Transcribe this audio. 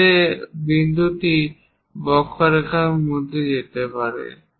যাতে বিন্দুটি সেই বক্ররেখার মধ্য দিয়ে যেতে পারে